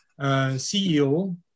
CEO